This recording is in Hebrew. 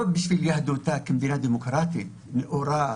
--- לא בשביל יהדותה אלא כמדינה דמוקרטית ונאורה.